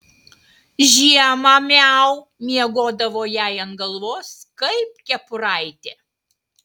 žiemą miau miegodavo jai ant galvos kaip kepuraitė